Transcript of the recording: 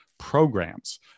programs